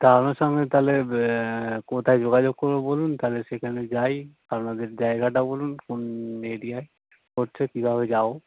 তা আপনার সঙ্গে তাহলে কোথায় যোগাযোগ করব বলুন তাহলে সেখানে যাই আপনাদের জায়গাটা বলুন কোন এরিয়ায় হচ্ছে কীভাবে যাব